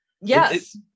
Yes